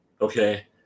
Okay